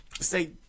say